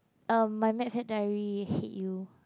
erm my mad fat diary hate you